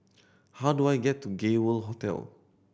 how do I get to Gay World Hotel